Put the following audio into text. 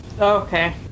okay